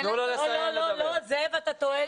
לא, אתה טועה.